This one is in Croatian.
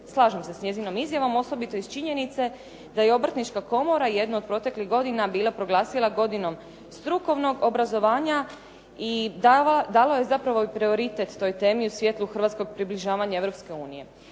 Slažem se s njezinom izjavom, osobito iz činjenice da je Obrtnička komora jednu od proteklih godina bila proglasila godinom strukovnom obrazovanja i dala je zapravo prioritet toj temi u svjetlu hrvatskog približavanja